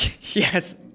yes